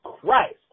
Christ